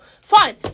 Fine